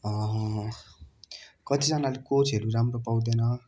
कतिजनाले कोचहरू राम्रो पाउँदैन